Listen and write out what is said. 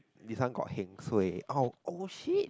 this one got heng suay oh shit